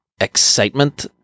excitement